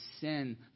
sin